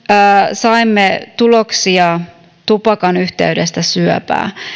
saimme tuloksia tupakan yhteydestä syöpään